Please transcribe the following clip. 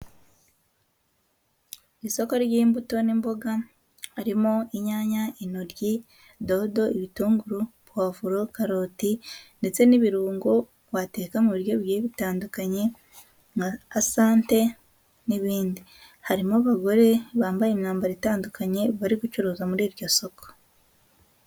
Isoko ry'imbuto n'imboga, harimo inyanya, intoryi, dodo, ibitunguru, pavuro, karoti ndetse n'ibirungo wateka mu biryo bigiye bitandukanye nka asante n'ibindi, harimo abagore bambaye imyambaro itandukanye bari gucuruza muri iryo soko.